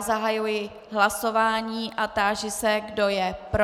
Zahajuji hlasování a táži se, kdo je pro.